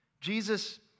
Jesus